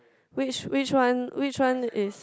which which one which one is